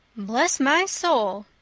bless my soul,